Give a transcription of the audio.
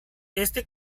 este